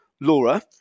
Laura